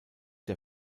der